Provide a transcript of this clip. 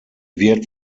wird